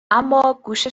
اماگوش